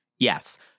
Yes